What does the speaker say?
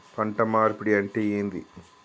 పంట మార్పిడి అంటే ఏంది?